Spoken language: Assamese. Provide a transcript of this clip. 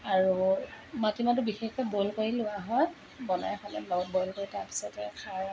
আৰু মাটিমাহটো বিশেষকৈ বইল কৰি লোৱা হয় বনাই খালে বইল কৰি তাৰপিছতে খাৰৰ